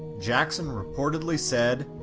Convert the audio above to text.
jackson reportedly said,